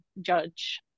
judge